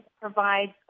provides